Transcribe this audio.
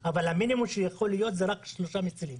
אבל המינימום שיכול להיות זה שלושה מצילים,